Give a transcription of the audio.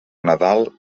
nadal